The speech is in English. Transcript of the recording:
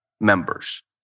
members